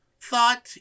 thought